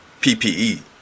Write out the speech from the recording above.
PPE